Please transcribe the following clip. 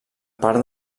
part